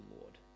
Lord